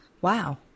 Wow